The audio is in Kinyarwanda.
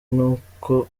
nuko